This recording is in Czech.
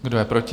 Kdo je proti?